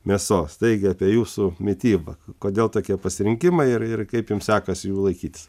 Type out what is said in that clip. mėsos taigi apie jūsų mitybą kodėl tokie pasirinkimai ir ir kaip jums sekasi jų laikytis